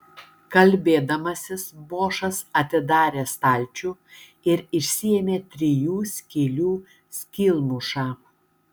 kalbėdamasis bošas atidarė stalčių ir išsiėmė trijų skylių skylmušą